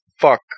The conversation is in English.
fuck